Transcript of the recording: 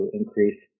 increase